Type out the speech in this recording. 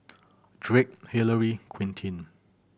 Drake Hilary Quintin